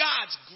God's